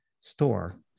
store